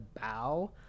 bow